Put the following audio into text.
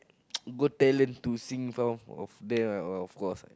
go tell them to sing song of them ah of course ah